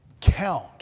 count